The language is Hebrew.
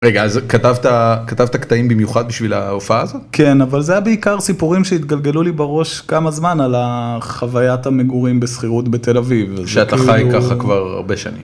רגע אז כתבת כתבת קטעים במיוחד בשביל ההופעה כן אבל זה בעיקר סיפורים שהתגלגלו לי בראש כמה זמן על החוויית המגורים בסחירות בתל אביב שאתה חי ככה כבר הרבה שנים.